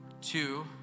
Two